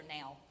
now